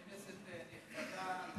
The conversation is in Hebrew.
כנסת נכבדה,